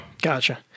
Gotcha